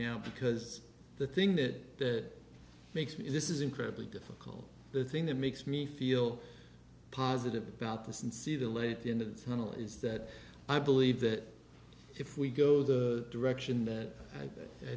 now because the thing that makes me this is incredibly difficult the thing that makes me feel positive about this and see the late in the tunnel is that i believe that if we go the direction that i